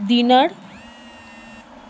dinar